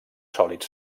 sòlids